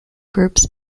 groups